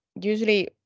usually